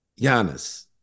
Giannis